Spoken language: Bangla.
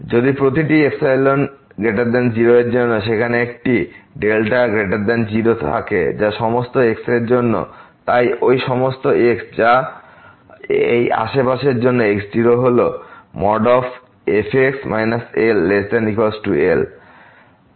যদি প্রতিটি ϵ 0 এর জন্য সেখানে একটি δ 0 থাকে যা সমস্ত x এর জন্য তাই হয় ঐ সমস্ত x যা এই আশেপাশে জন্যে x0 হলো fx LL